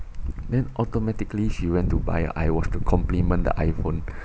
then automatically she went to buy a I_watch to complement the I_phone